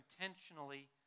intentionally